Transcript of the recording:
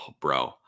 Bro